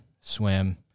swim